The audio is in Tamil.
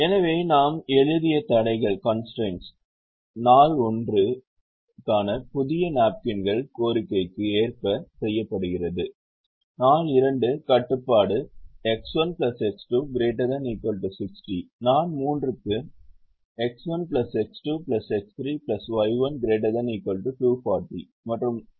எனவே நாம் எழுதிய தடைகள் நாள் 1 இற்கான புதிய நாப்கின்கள் கோரிக்கைக்கு ஏற்ப செய்யப்படுகிறது நாள் 2 கட்டுப்பாடு X1X2 ≥ 160 நாள் 3 க்கு X1X2X3Y1 ≥ 240